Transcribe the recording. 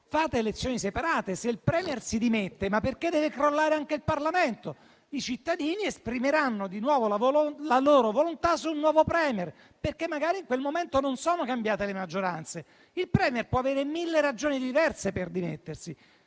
elezioni separate. Se il *Premier* si dimette, perché deve crollare anche il Parlamento? I cittadini esprimeranno di nuovo la loro volontà sul nuovo *Premier*, perché magari in quel momento non sono cambiate le maggioranze, il *Premier* può avere mille ragioni diverse per dimettersi.